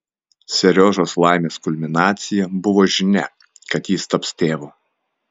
seriožos laimės kulminacija buvo žinia kad jis taps tėvu